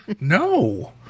no